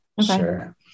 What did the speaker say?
Sure